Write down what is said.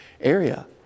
area